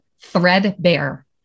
threadbare